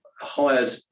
hired